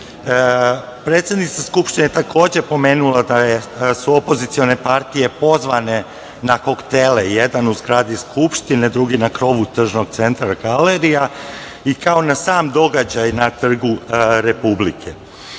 jeste. Predsednica Skupštine je takođe pomenula da su opozicione partije pozvane na koktele, jedan u zgradi Skupštine, drugi na krovu TC „Galerija“, i kao na sam događaj na Trgu Republike.